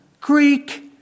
Greek